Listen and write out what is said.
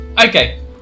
okay